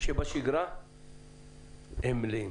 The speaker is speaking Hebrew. שבשגרה הם מלאים.